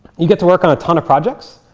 you get to work on a ton of projects.